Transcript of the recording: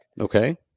Okay